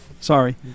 sorry